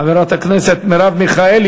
חברת הכנסת מרב מיכאלי,